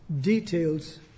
details